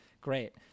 Great